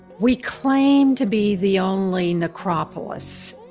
we claim to be the only necropolis,